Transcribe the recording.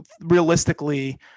realistically